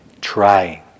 trying